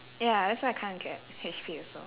ya that's why I can't get H_P also